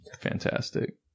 fantastic